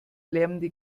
lärmende